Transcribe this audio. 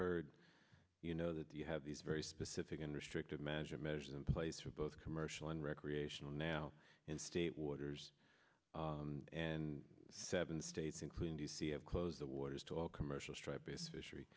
heard you know that you have these very specific and restrictive measures measures in place for both commercial and recreational now in state waters and seven states including d c have closed the waters to all commercial striped bass fishery